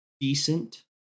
decent